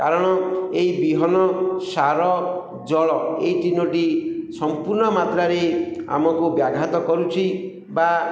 କାରଣ ଏଇ ବିହନ ସାର ଜଳ ଏହି ତିନୋଟି ସମ୍ପୂର୍ଣ୍ଣ ମାତ୍ରାରେ ଆମକୁ ବ୍ୟାଘାତ କରୁଛି ବା